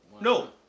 no